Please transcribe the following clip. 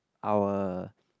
our